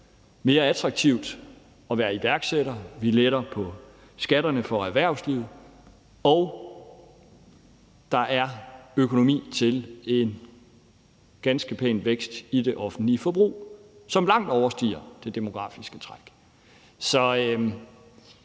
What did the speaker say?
mere attraktivt at være iværksætter; vi letter på skatterne for erhvervslivet; og der er økonomi til en ganske pæn vækst i det offentlige forbrug, som langt overstiger det demografiske træk.